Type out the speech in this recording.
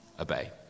obey